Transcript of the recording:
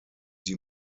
die